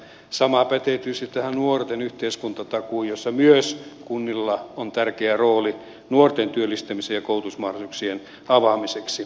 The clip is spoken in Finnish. sama pätee tietysti tähän nuorten yhteiskuntatakuuseen jossa myös kunnilla on tärkeä rooli nuorten työllistämisen ja koulutusmahdollisuuksien avaamiseksi